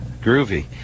Groovy